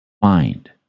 find